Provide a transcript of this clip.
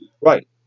Right